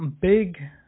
Big